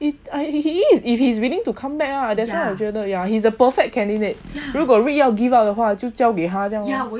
你 if he is willing to come back ah that's why 我觉得 the perfect candidate 如果 vick 要 give up 的话就交给他这样 lor